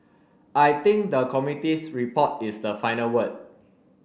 I think the committee's report is the final word